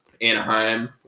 Anaheim